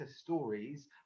stories